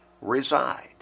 reside